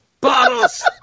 Bottles